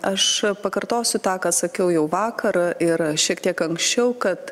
aš pakartosiu tą ką sakiau jau vakar ir šiek tiek anksčiau kad